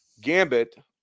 Gambit